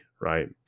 right